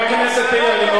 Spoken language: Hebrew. ראיתי איך אתה דואג